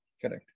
Correct